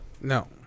No